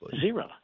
Zero